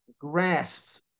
grasps